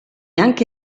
anche